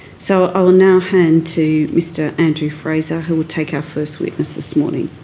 so i will now hand to mr andrew fraser who will take our first witness this morning.